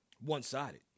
one-sided